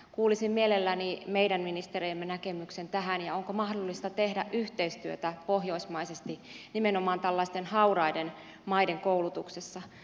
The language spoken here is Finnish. kuulisin mielelläni meidän ministeriemme näkemyksen tästä ja siitä onko mahdollista tehdä yhteistyötä pohjoismaisesti nimenomaan tällaisten hauraiden maiden koulutuksessa